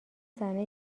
زنه